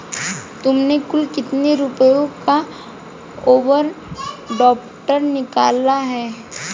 तुमने कुल कितने रुपयों का ओवर ड्राफ्ट निकाला है?